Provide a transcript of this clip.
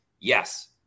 Yes